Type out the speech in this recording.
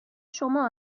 شما